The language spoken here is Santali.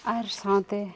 ᱟᱨ ᱥᱟᱶᱛᱮ